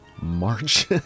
March